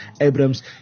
Abrams